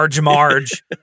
Marge